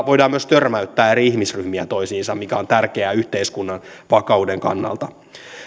voidaan myös törmäyttää eri ihmisryhmiä toisiinsa mikä on tärkeää yhteiskunnan vakauden kannalta